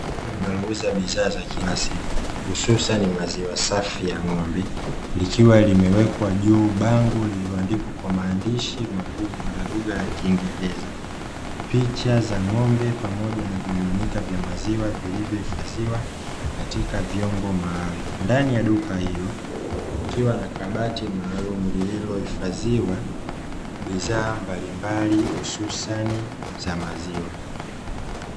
Duka linalouza bidhaa za kila siku hususani maziwa safi ya ng'ombe likiwa limewekwa juu bango lililoandikwa kwa maandishi makubwa kwa lugha ya kiingereza. Picha za ng'ombe pamoja na vimiminika vya maziwa vilivyo hifadhiwa katika vyombo maalumu. Ndani ya duka hilo kukiwa na kabati lililohifadhiwa bidhaa mbalimbali hususani za maziwa.